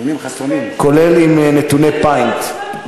כולל עם נתוני פיינט.